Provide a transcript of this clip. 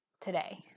today